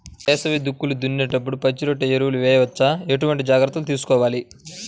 వేసవి దుక్కులు దున్నేప్పుడు పచ్చిరొట్ట ఎరువు వేయవచ్చా? ఎటువంటి జాగ్రత్తలు తీసుకోవాలి?